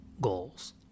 goals